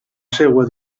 seua